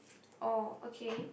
oh okay